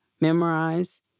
memorize